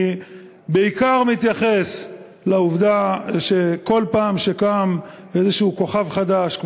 אני בעיקר מתייחס לעובדה שבכל פעם שקם איזשהו כוכב חדש,